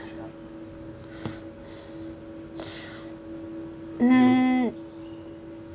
um